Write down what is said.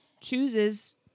chooses